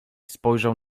spojrzał